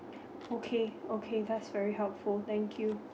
okay okay that's very helpful thank you